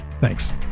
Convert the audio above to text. Thanks